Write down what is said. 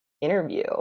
interview